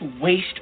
waste